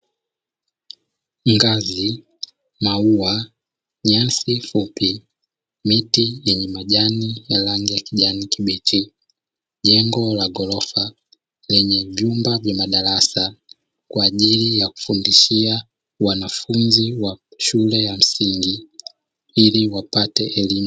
Ngazi, maua, nyasi fupi, miti yenye majani ya ranigi ya kijani kibichi, jengo la ghorofa lenye vyumba vya madarasa kwa ajili ya kufundishia wanafunzi wa shule ya msingi ili wapate elimu.